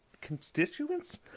constituents